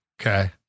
Okay